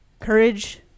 courage